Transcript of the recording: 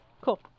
cool